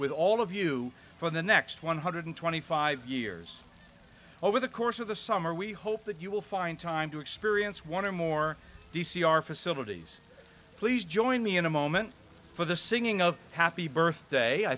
with all of you for the next one hundred and twenty five years over the course of the summer we hope that you will find time to experience one or more d c our facilities please join me in a moment for the singing of happy birthday i